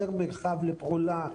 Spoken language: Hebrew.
יותר מרחב לפעולה,